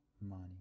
money